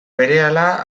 berehala